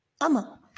Ama